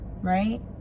right